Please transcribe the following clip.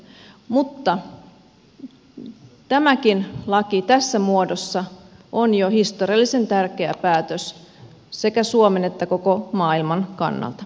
mutta tämäkin laki tässä muodossa on jo historiallisen tärkeä päätös sekä suomen että koko maailman kannalta